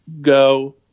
go